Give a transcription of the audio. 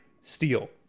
steel